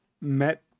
met